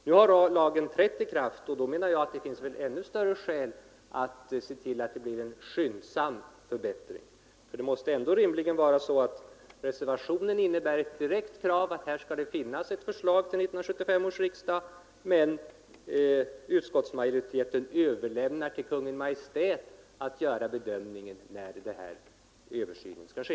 Nu har lagen trätt i kraft, och då menar jag att det finns ännu större skäl för att se till att det blir en skyndsam förbättring. Reservationen innebär ju ett direkt krav på att här skall det finnas ett förslag till 1975 års riksdag, men utskottsmajoriteten överlämnar till Kungl. Maj:t att göra bedömningen av när översynen skall ske.